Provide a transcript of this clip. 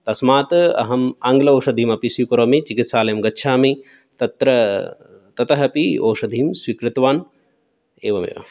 तस्मात् अहं आङ्ग्ल औषधीम् अपि स्वीकरोमि चिकित्सालयं गच्छामि तत्र ततः अपि औषधीं स्वीकृतवान् एवमेव